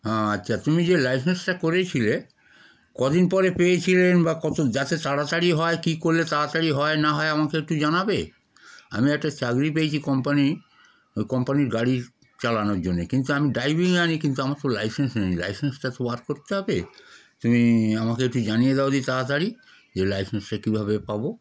হ্যাঁ আচ্ছা তুমি যে লাইসেন্সটা করেছিলে কদিন পরে পেয়েছিলে বা কত যাতে তাড়াতাড়ি হয় কী করলে তাড়াতাড়ি হয় না হয় আমাকে একটু জানাবে আমি একটা চাকরি পেয়েছি কোম্পানি ওই কোম্পানির গাড়ি চালানোর জন্যে কিন্তু আমি ড্রাইভিং জানি কিন্তু আমার তো লাইসেন্স নেই লাইসেন্সটা তো বার করতে হবে তুমি আমাকে একটু জানিয়ে দাও যদি তাড়াতাড়ি যে লাইসেন্সটা কীভাবে পাব